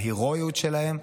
בהירואיות שלהם,